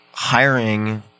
Hiring